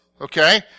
Okay